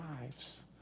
lives